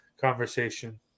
conversation